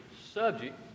subject